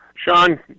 Sean